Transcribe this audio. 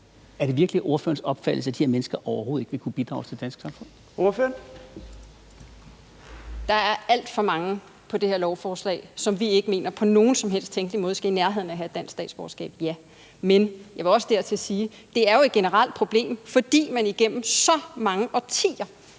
Er det virkelig ordførerens opfattelse, at de her mennesker overhovedet ikke vil kunne bidrage til det danske samfund? Kl. 14:38 Fjerde næstformand (Trine Torp): Ordføreren. Kl. 14:38 Mette Thiesen (NB): Ja, der er alt for mange på det her lovforslag, som vi ikke mener på nogen som helst tænkelig måde skal i nærheden af at have et dansk statsborgerskab. Men jeg vil også dertil sige, at det jo er et generelt problem, fordi man igennem så mange årtier